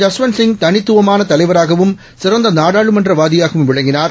ஜஸ்வந்த்சிங்தனித்துவமானதலைவராகவும் சிறந்தநாடாளுமன்றவாதியாகவும்விளங்கினார்